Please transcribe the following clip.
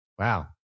Wow